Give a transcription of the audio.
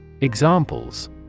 Examples